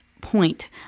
point